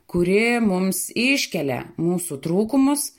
kuri mums iškelia mūsų trūkumus